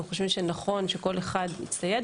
אנחנו חושבים שנכון שכל אחד יצטייד,